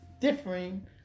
differing